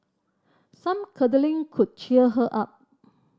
some cuddling could cheer her up